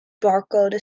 barcode